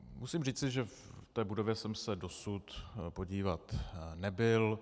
Musím říci, že v té budově jsem se dosud podívat nebyl.